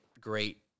great